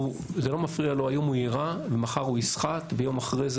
זה לא מפריע לו היום הוא יירה ומחר הוא יסחט ויום אחרי זה